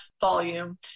volume